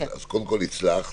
אז קודם כול הצלחת.